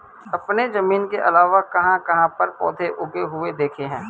आपने जमीन के अलावा कहाँ कहाँ पर पौधे उगे हुए देखे हैं?